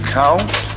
count